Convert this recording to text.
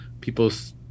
people's